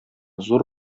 зур